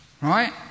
right